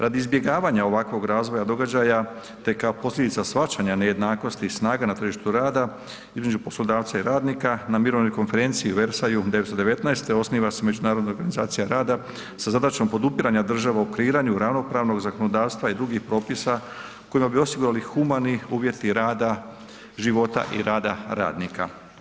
Radi izbjegavanja ovakvog razvoja događa te kao posljedica shvaćanja nejednakosti i snaga na tržišta rada između poslodavca i radnika na Mirovnoj konferenciji u Versaju 1919. osniva se Međunarodna organizacija rada sa zadaćom podupiranja država u kreiranju ravnopravnog zakonodavstva i drugih propisa kojima bi se osigurali humani uvjeti rada, života i rada radnika.